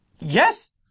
Yes